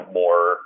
more